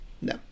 No